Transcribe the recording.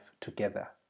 together